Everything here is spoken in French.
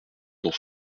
dans